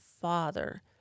father